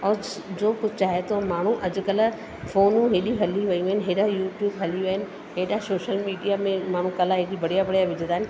और जो कुझु चाहे थो माण्हू अॼुकल्ह फ़ोनूं हेॾियूं हली वेयूं आहिनि हेॾा यूट्यूब हली विया आहिनि हेॾा सोशल मीडिया में माण्हू कला हेॾी बढ़िया बढ़िया विझंदा आहिनि